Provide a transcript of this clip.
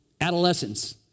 Adolescence